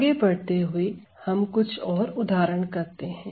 आगे बढ़ते हुए हम कुछ और उदाहरण करते हैं